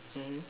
mmhmm